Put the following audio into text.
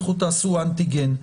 לכו תעשו אנטיגן.